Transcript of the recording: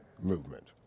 movement